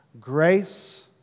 Grace